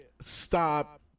stop